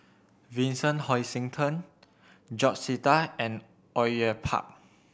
Vincent Hoisington George Sita and Au Yue Pak